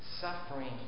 Suffering